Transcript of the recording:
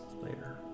later